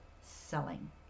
selling